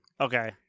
Okay